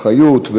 אחריות,